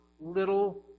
little